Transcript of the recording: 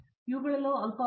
ಆದ್ದರಿಂದ ಇವುಗಳು ಅಲ್ಪಾವಧಿ